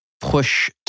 push